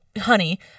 honey